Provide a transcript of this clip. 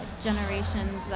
generations